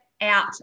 out